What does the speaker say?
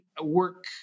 work